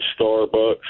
Starbucks